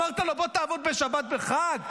אמרת לו: בוא תעבוד בשבת וחג?